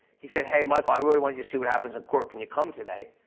he said hey michael, i really want you to see what happens in court, can you come today,